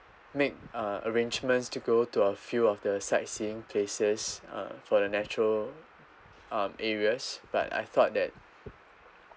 made uh arrangements to go to a few of the sight seeing places uh for the natural um areas but I thought that